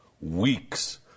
weeks